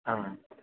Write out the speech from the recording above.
ആ